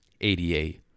ada